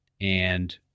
and-